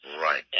Right